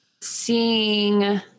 Seeing